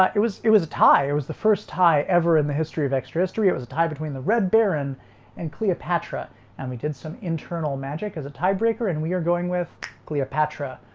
like it was it was a tie it was the first tie ever in the history of extra history it was a tie between the red baron and cleopatra and we did some internal magic as a tiebreaker and we are going with cleopatra, ah,